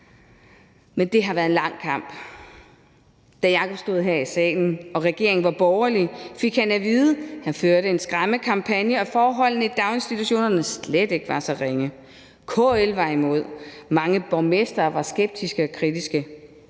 Men det har været en lang kamp. Da Jacob stod her i salen og regeringen var borgerlig, fik han at vide, at han førte en skræmmekampagne, og at forholdene i daginstitutionerne slet ikke var så ringe. KL var imod. Mange borgmestre var skeptiske og kritiske.